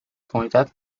comunitat